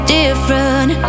different